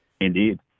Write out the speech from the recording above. Indeed